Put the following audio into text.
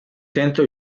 tenta